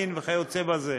מין וכיוצא בזה.